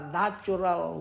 natural